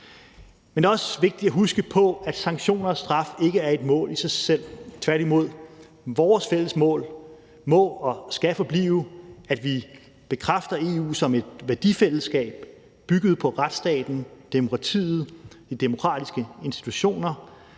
Men det er også vigtigt at huske på, at sanktioner og straf ikke er et mål i sig selv, tværtimod. Vores fælles mål må og skal forblive, at vi bekræfter EU som et værdifællesskab bygget på retsstaten, demokratiet, de demokratiske institutioner.